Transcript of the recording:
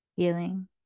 healing